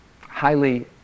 highly